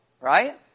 right